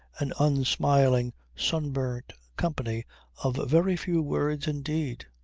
an unsmiling, sunburnt company of very few words indeed.